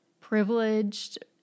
privileged